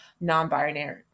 non-binary